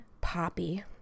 poppy